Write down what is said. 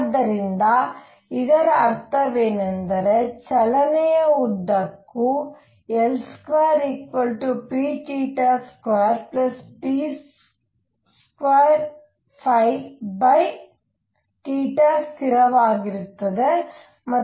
ಆದ್ದರಿಂದ ಇದರ ಅರ್ಥವೇನೆಂದರೆ ಚಲನೆಯ ಉದ್ದಕ್ಕೂ L2p2p2 ಸ್ಥಿರವಾಗಿರುತ್ತದೆ